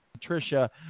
Patricia